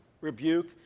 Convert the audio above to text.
rebuke